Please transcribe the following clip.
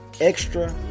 extra